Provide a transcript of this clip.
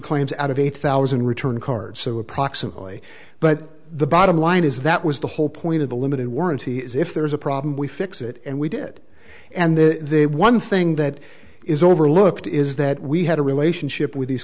claims out of eight thousand returned cards so approximately but the bottom line is that was the whole point of the limited warranty is if there's a problem we fix it and we did and then they one thing that is overlooked is that we had a relationship with these